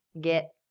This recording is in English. Get